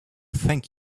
think